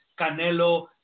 Canelo